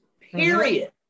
period